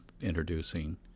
introducing